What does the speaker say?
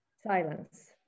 Silence